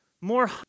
more